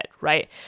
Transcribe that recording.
right